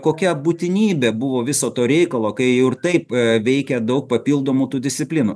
kokia būtinybė buvo viso to reikalo kai jau ir taip veikia daug papildomų tų disciplinų